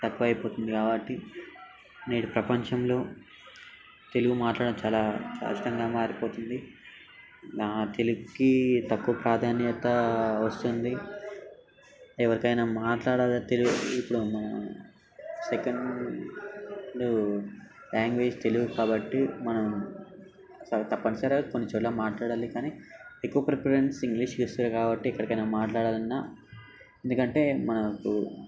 తక్కువైపోతుంది కాబట్టి నేడు ప్రపంచంలో తెలుగు మాట్లాడటం చాలా కష్టంగా మారిపోతుంది తెలుగుకి తక్కువ ప్రాధాన్యత వస్తుంది ఎవరికైనా మాట్లాడాలి తెలుగు ఇప్పుడు సెకండ్ ఇప్పుడు లాంగ్వేజ్ తెలుగు కాబట్టి మనం చాలా తప్పనిసరిగా కొన్నిచోట్ల మాట్లాడాలి కానీ ఎక్కువ ప్రిఫరెన్స్ ఇంగ్లీష్కే ఇస్తురు కాబట్టి ఎక్కడికైనా మాట్లాడాలి అన్న ఎందుకంటే మనకు